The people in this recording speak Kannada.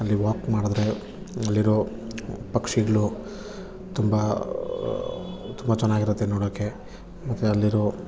ಅಲ್ಲಿ ವಾಕ್ ಮಾಡಿದ್ರೆ ಅಲ್ಲಿರೊ ಪಕ್ಷಿಗಳು ತುಂಬ ತುಂಬ ಚೆನ್ನಾಗಿರುತ್ತೆ ನೋಡೋಕ್ಕೆ ಮತ್ತು ಅಲ್ಲಿರೊ